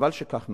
חבל שכך נעשה,